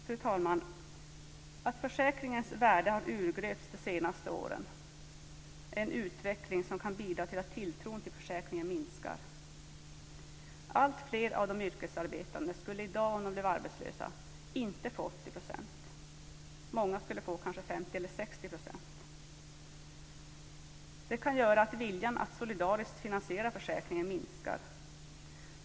Fru talman! Att försäkringens värde har urgröpts de senaste åren är en utveckling som kan bidra till att tilltron till försäkringen minskar. Alltfler av de yrkesarbetande skulle i dag om de blev arbetslösa inte få 80 %. Många skulle få kanske 50 eller 60 %. Det kan göra att viljan att solidariskt finansiera försäkringen minskar.